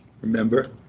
remember